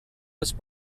was